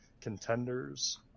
contenders